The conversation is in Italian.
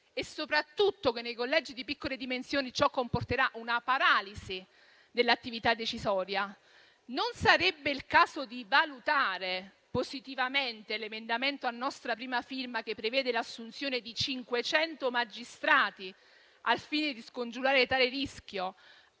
E, soprattutto, che nei collegi di piccole dimensioni ciò comporterà una paralisi dell'attività decisoria? Non sarebbe il caso di valutare positivamente l'emendamento a nostra prima firma che prevede l'assunzione di 500 magistrati, al fine di scongiurare tale rischio,